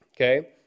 Okay